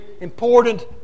important